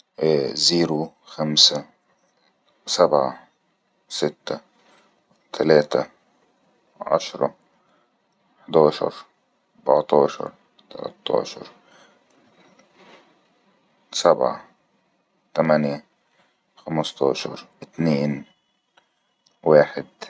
زيرو خمسه سبعه سته تلاته عشرة حداشر اربعتاشر تلتاشر سبعه تمانية خمستاشر اتنين واحد